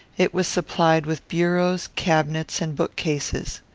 it was supplied with bureaus, cabinets, and bookcases.